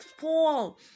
Paul